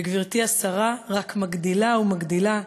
וגברתי השרה רק מגדילה ומגדילה,